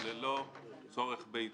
ללא צורך בייצוא.